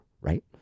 Right